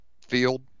field